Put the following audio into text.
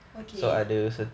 okay